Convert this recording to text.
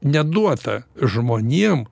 neduota žmonėm